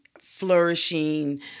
flourishing